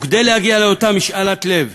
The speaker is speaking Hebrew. כדי להגיע לאותה משאלת לב